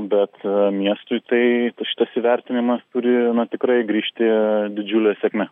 bet miestui tai šitas įvertinimas turi na tikrai grįžti į didžiule sėkme